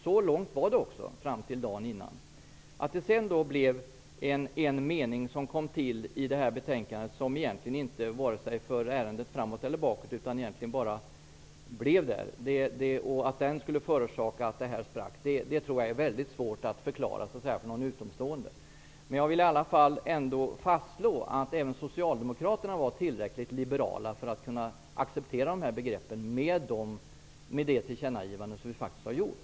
Så var det också fram till dagen innan. Att den mening som sedan kom till i betänkandet, och som egentligen inte för ärendet vare sig framåt eller bakåt utan bara står där, skulle förorsaka att detta sprack tror jag är mycket svårt att förklara för en utomstående. Jag vill ändå fastslå att även socialdemokraterna var tillräckligt liberala för att kunna acceptera dessa begrepp med det tillkännagivande som vi faktiskt har gjort.